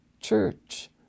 church